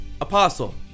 apostle